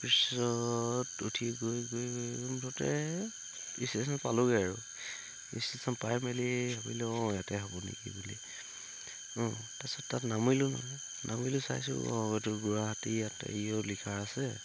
তাৰ পিছত উঠি গৈ গৈ গৈ মুঠতে ষ্টেচন পালোঁগে আৰু ষ্টেচন পাই মেলি ভাবিলোঁ অঁ ইয়াতে হ'ব নেকি বুলি অঁ তাত নামিলোঁ নহয় নামিলো চাইছোঁ অঁ এইটো গুৱাহাটী ইয়াতে লিখা আছে